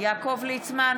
יעקב ליצמן,